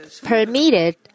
permitted